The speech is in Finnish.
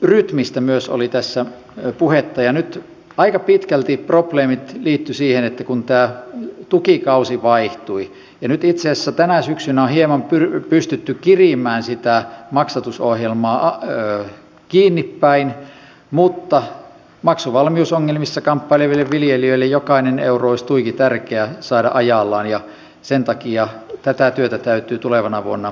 maksatusrytmistä myös oli tässä puhetta ja nyt aika pitkälti probleemit liittyivät siihen että tämä tukikausi vaihtui ja nyt itse asiassa tänä syksynä on hieman pystytty kirimään sitä maksatusohjelmaa kiinni mutta maksuvalmiusongelmissa kamppaileville viljelijöille jokainen euro olisi tuiki tärkeä saada ajallaan ja sen takia tätä työtä täytyy tulevana vuonna jatkaa